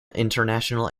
international